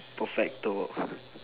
perfecto